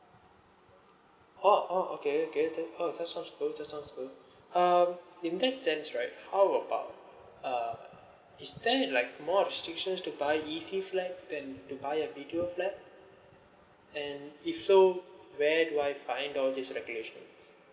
oh oh okay okay that uh that sounds good that sounds good um in this sense right how about uh is there like more of to buy a E_C flat than to buy a B_T_O flat and if so where do I find out this regulations